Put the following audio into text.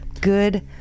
good